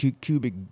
Cubic